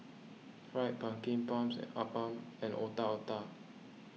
Fried Pumpkin Prawns Appam and Otak Otak